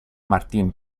martin